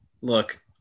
Look